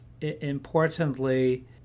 importantly